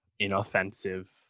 inoffensive